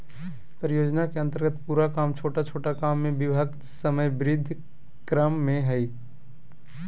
परियोजना के अन्तर्गत पूरा काम छोटा छोटा काम में विभक्त समयबद्ध क्रम में हइ